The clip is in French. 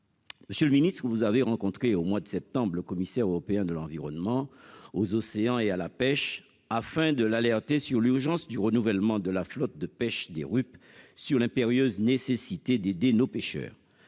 Monsieur le Ministre, vous avez rencontré au mois de septembre, le commissaire européen de l'environnement aux océans et à la pêche afin de l'alerter sur l'urgence du renouvellement de la flotte de pêche des RUP sur l'impérieuse nécessité d'aider nos pêcheurs